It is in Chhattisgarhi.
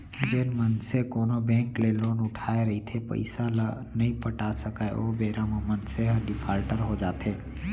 जेन मनसे कोनो बेंक ले लोन उठाय रहिथे पइसा ल नइ पटा सकय ओ बेरा म मनसे ह डिफाल्टर हो जाथे